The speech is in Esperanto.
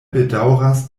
bedaŭras